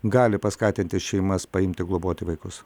gali paskatinti šeimas paimti globoti vaikus